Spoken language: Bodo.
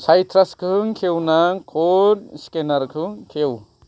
साइट्रासखौ खेवना कड स्केनारखौ खेव